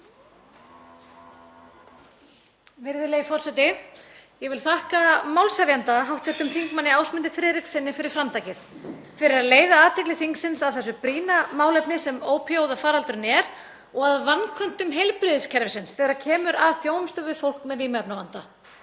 Virðulegi forseti. Ég vil þakka málshefjanda, hv. þm. Ásmundi Friðrikssyni, fyrir framtakið; fyrir að leiða athygli þingsins að þessu brýna málefni sem ópíóíðafaraldurinn er og að vanköntum heilbrigðiskerfisins þegar kemur að þjónustu við fólk með vímuefnavanda.